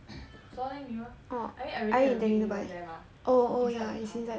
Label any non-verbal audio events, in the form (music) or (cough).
(noise) floor length mirror I mean I already have a big mirror there mah inside the the cupboard